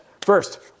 First